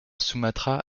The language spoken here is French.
sumatra